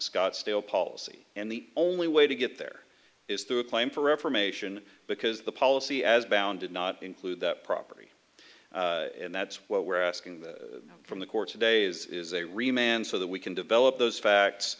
scottsdale policy and the only way to get there is through a claim for reformation because the policy as bound did not include that property and that's what we're asking from the court today is they remain so that we can develop those facts